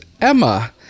emma